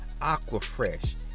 Aquafresh